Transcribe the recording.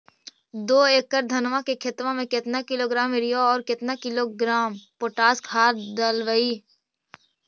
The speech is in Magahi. दो एकड़ धनमा के खेतबा में केतना किलोग्राम युरिया और केतना किलोग्राम पोटास खाद डलबई?